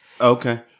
Okay